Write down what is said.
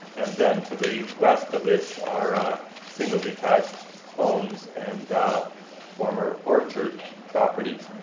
and then to the west of this are single detached homes and former orchard properties.